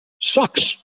sucks